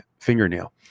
fingernail